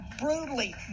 brutally